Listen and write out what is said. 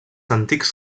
antics